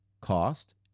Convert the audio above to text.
cost